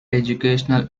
educational